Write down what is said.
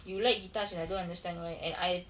you like guitars and I don't understand why and I